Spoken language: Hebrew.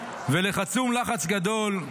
ולחצום לחץ גדול,